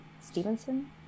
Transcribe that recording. Stevenson